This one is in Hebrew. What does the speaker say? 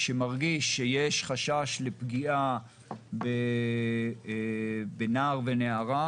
שמרגיש שיש חשש לפגיעה בנער או נערה,